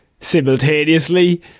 simultaneously